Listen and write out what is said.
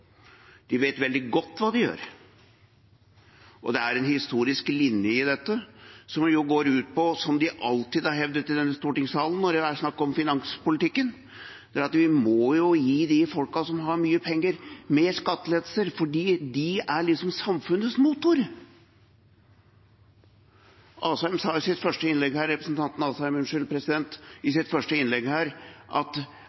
ikke vet hva de gjør. De vet veldig godt hva de gjør, og det er en historisk linje i dette som går ut på – som de alltid har hevdet i stortingssalen når det er snakk om finanspolitikken – at vi må gi de folka som har mye penger, større skattelettelser fordi de liksom er samfunnets motor. Representanten Asheim sa i sitt første innlegg